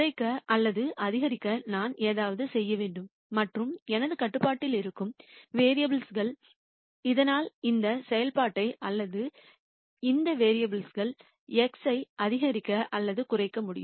குறைக்க அல்லது அதிகரிக்க நான் ஏதாவது செய்ய வேண்டும் மற்றும் எனது கட்டுப்பாட்டில் இருக்கும் வேரியபுல் கள் இதனால் இந்த செயல்பாட்டை அல்லது இந்த வேரியபுல் கள் x ஐ அதிகரிக்க அல்லது குறைக்க முடியும்